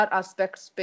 aspects